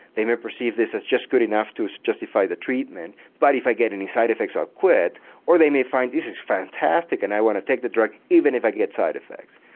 they may perceive this as just good enough to justify the treatment, but if i get any side effects i'll quit or they may find this is fantastic and i want to take the drug even if i get side effects.